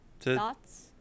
thoughts